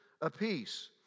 apiece